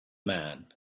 man